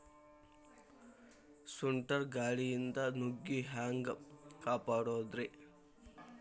ಸುಂಟರ್ ಗಾಳಿಯಿಂದ ನುಗ್ಗಿ ಹ್ಯಾಂಗ ಕಾಪಡೊದ್ರೇ?